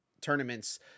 tournaments